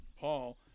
Paul